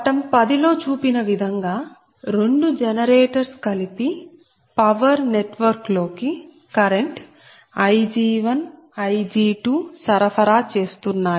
పటం 10 లో చూపిన విధంగా రెండు జనరేటర్స్ కలిపి పవర్ నెట్వర్క్ లోకి కరెంట్ Ig1Ig2 సరఫరా చేస్తున్నాయి